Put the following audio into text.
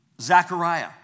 Zechariah